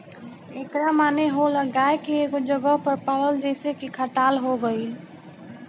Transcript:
एकरा माने होला ढेर गाय के एगो जगह पर पलाल जइसे की खटाल हो गइल